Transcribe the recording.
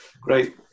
Great